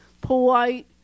polite